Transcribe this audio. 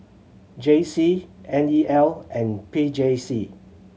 J C N E L and P J C